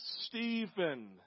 stephen